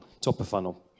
top-of-funnel